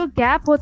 gap